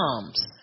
comes